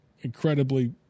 incredibly